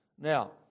Now